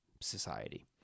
society